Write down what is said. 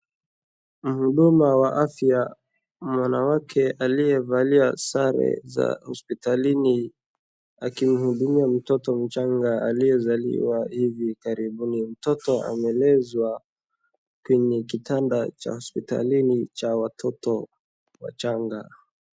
Mhuduma wa afya mwanamke aliye amevalia sare za hospitalini akimhudumia mtoto mchanga aliyezaliwa hivi karibuni, mtoto amelezwa kwenye kitanda cha hospitalini cha watoto wachanga.